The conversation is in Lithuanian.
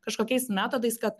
kažkokiais metodais kad